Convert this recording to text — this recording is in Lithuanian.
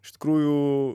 iš tikrųjų